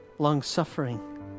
Long-suffering